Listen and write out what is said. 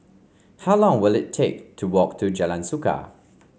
how long will it take to walk to Jalan Suka